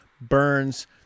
Burns